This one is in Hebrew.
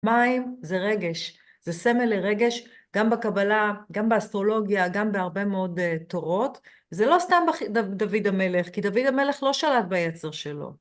מים זה רגש, זה סמל לרגש, גם בקבלה, גם באסטרולוגיה, גם בהרבה מאוד תורות. זה לא סתם דוד המלך, כי דוד המלך לא שלט ביצר שלו.